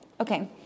Okay